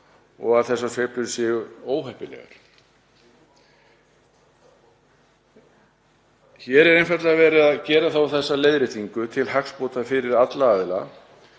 og að þessar sveiflur séu óheppilegar. Hér er einfaldlega verið að gera þessa leiðréttingu til hagsbóta fyrir alla aðila.